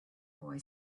boy